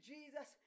Jesus